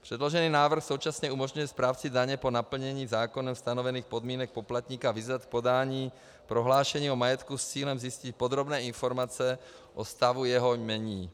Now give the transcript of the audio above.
Předložený návrh současně umožňuje správci daně po naplnění zákonem stanovených podmínek poplatníka vyzvat k podání prohlášení o majetku s cílem zjistit podrobné informace o stavu jeho jmění.